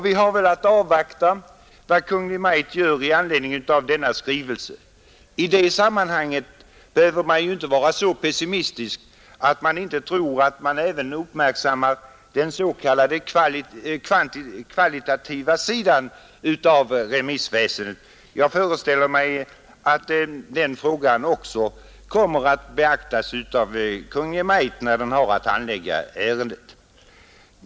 Vi har velat avvakta vad Kungl. Maj:t gör i anledning av denna skrivelse. I det sammanhanget behöver man ju inte vara så pessimistisk att man inte tror att även den s.k. kvalitativa sidan av remissväsendet blir uppmärksammad. Jag föreställer mig att också den frågan kommer att beaktas av Kungl. Maj:t vid handläggningen av ärendet.